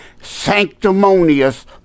sanctimonious